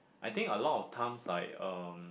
I think a lot of times like um